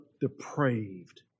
depraved